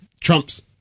Trump's